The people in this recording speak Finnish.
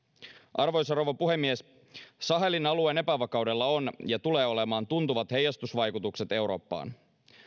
arvoisa rouva puhemies sahelin alueen epävakaudella on ja tulee olemaan tuntuvat heijastusvaikutukset eurooppaan